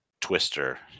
Twister